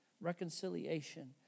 reconciliation